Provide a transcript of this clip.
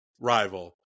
rival